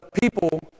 people